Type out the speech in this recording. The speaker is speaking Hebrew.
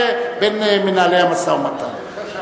אתה תהיה בין מנהלי המשא-ומתן.